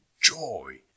joy